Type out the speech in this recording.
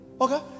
okay